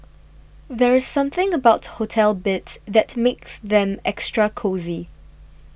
there's something about hotel beds that makes them extra cosy